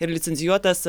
ir licencijuotas